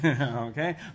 okay